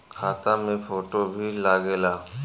खाता मे फोटो भी लागे ला?